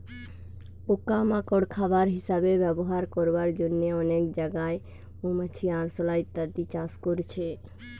পোকা মাকড় খাবার হিসাবে ব্যবহার করবার জন্যে অনেক জাগায় মৌমাছি, আরশোলা ইত্যাদি চাষ করছে